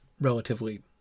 relatively